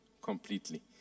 completely